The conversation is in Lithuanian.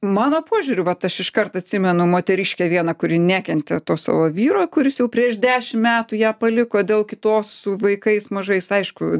mano požiūriu vat aš iškart atsimenu moteriškę vieną kuri nekentė to savo vyro kuris jau prieš dešim metų ją paliko dėl kitos su vaikais mažais aišku